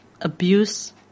abuse